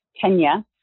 Kenya